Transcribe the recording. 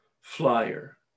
flyer